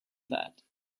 that